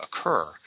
occur